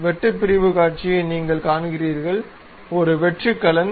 வெட்டு பிரிவு காட்சியை நீங்கள் காண்கிறீர்கள் ஒரு வெற்று கலன்